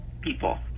people